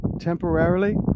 temporarily